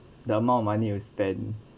the amount of money you spend